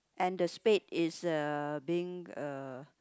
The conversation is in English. and the spade is uh being uh